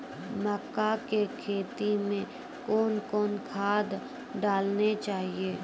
मक्का के खेती मे कौन कौन खाद डालने चाहिए?